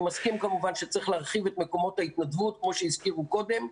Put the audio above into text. אני מסכים כמובן שצריך להרחיב את מקומות ההתנדבות כמו שהוזכר קודם.